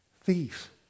thief